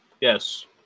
Yes